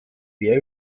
wer